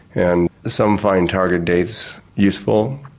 and some find target dates useful,